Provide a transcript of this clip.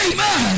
Amen